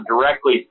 directly